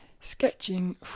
Sketching